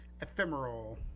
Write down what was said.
Ephemeral